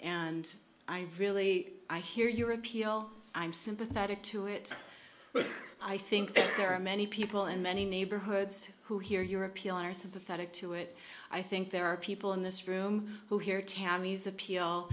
and i really i hear your appeal i'm sympathetic to it but i think there are many people in many neighborhoods who hear your appeal are sympathetic to it i think there are people in this room who